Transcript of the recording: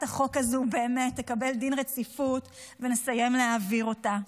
החוק הזו תקבל דין רציפות ונסיים להעביר אותה,